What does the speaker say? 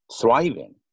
thriving